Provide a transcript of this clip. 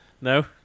No